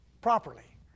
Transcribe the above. properly